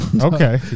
okay